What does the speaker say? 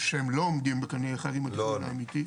שהן לא עולות בקנה אחד עם התכנון העתידי.